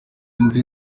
nzi